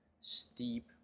steep